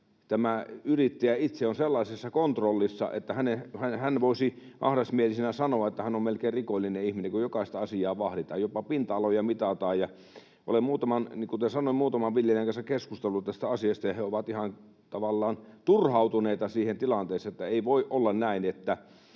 tämä yrittäjä itse on sellaisessa kontrollissa, että hän voisi ahdasmielisenä sanoa, että hän on melkein rikollinen ihminen, kun jokaista asiaa vahditaan, jopa pinta-aloja mitataan. Olen, kuten sanoin, muutaman viljelijän kanssa keskustellut tästä asiasta, ja he ovat ihan, tavallaan, turhautuneita siihen tilanteeseen, että ei voi olla näin, että